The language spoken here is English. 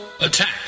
Attack